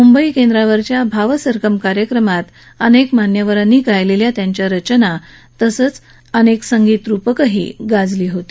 मुंबई केंद्रावरच्या भावसरगम कार्यक्रमात अनेक मान्यवरांनी गायलेल्या त्यांच्या रचना तसंच आणि त्यांची अनेक संगीत रुपकंही गाजली होती